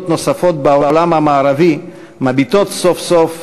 נוספות בעולם המערבי מבינות סוף-סוף,